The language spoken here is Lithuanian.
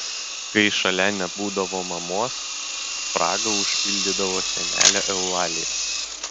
kai šalia nebūdavo mamos spragą užpildydavo senelė eulalija